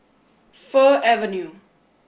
Fir Avenue